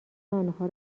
آنها